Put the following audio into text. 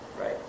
Right